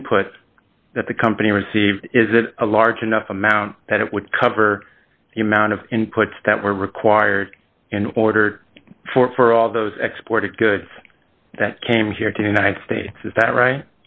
input that the company received is that a large enough amount that it would cover the amount of inputs that were required in order for all those export of good that came here to united states is that right